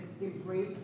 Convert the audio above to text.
embrace